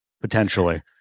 potentially